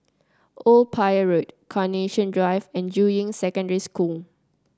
Old Pier Road Carnation Drive and Juying Secondary School